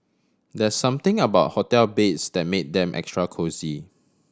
there something about hotel beds that made them extra cosy